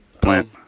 plant